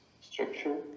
structure